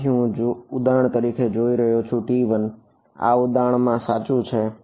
તેથી જો હું ઉદાહરણ તરફ જોઇ તો T1 એ આ ઉદાહરણ માં સાચું છે